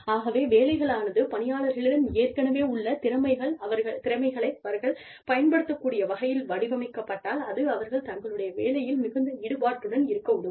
ஆகவே வேலைகளானது பணியாளர்களிடம் ஏற்கனவே உள்ள திறமைகளை அவர்கள் பயன்படுத்தக் கூடிய வகையில் வடிவமைக்கப்பட்டால் அது அவர்கள் தங்களுடைய வேலைகளில் மிகுந்த ஈடுபாட்டுடன் இருக்க உதவும்